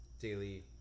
daily